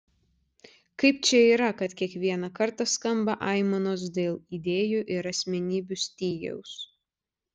kaip čia yra kad kiekvieną kartą skamba aimanos dėl idėjų ir asmenybių stygiaus